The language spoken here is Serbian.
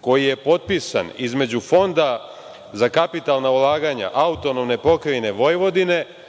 koji je potpisan između Fonda za kapitalna ulaganja AP Vojvodine i